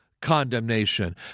condemnation